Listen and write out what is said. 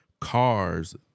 cars